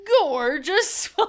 gorgeous